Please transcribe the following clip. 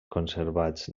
conservats